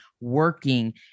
working